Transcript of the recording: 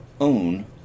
own